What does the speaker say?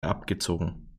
abgezogen